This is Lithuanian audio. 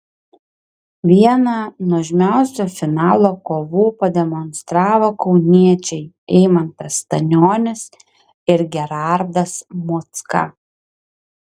vieną nuožmiausių finalo kovų pademonstravo kauniečiai eimantas stanionis ir gerardas mocka